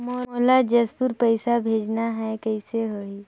मोला जशपुर पइसा भेजना हैं, कइसे होही?